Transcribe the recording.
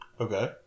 Okay